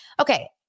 Okay